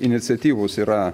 iniciatyvūs yra